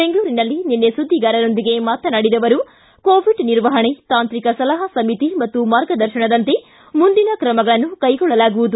ಬೆಂಗಳೂರಿನಲ್ಲಿ ನಿನ್ನೆ ಸುದ್ದಿಗಾರರೊಂದಿಗೆ ಮಾತನಾಡಿದ ಅವರು ಕೋವಿಡ್ ನಿರ್ವಹಣೆ ತಾಂತ್ರಿಕ ಸಲಹಾ ಸಮಿತಿ ಮತ್ತು ಮಾರ್ಗದರ್ಶನದಂತೆ ಮುಂದಿನ ತ್ರಮಗಳನ್ನು ಕೈಗೊಳ್ಳಲಾಗುವುದು